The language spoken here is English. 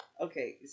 Okay